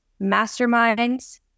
masterminds